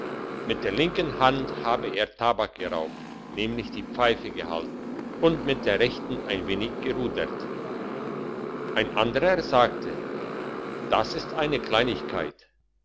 mit der linken hand habe er tabak geraucht nämlich die pfeife gehalten und mit der rechten ein wenig gerudert ein anderer sagte das ist eine kleinigkeit